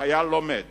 בצה"ל, החייל לומד